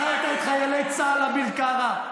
מכרת את חיילי צה"ל, אביר קארה.